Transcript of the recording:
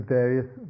various